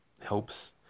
helps